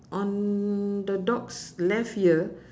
on the dog's left ear